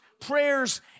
prayers